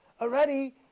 already